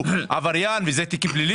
הוא עבריין וזה תיק פלילי?